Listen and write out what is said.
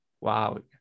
Wow